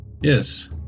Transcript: Yes